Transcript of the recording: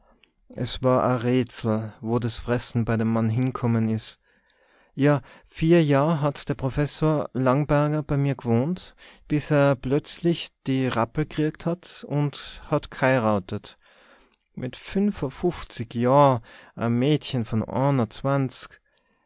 es war e rätsel wo des fresse bei dem mann hie komme is ja vier jahr hat der brofessor langeberjer bei merr gewohnt bis er bletzlich de rappel krieht hat unn hat geheierat mit finfunfuffzig jahrn e mädche von